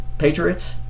Patriots